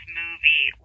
movie